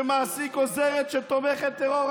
שמעסיק עוזרת תומכת טרור,